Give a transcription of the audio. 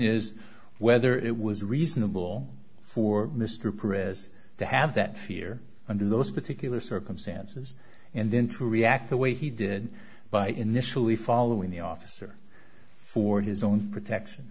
is whether it was reasonable for mr peres to have that fear under those particular circumstances and then to react the way he did by initially following the officer for his own protection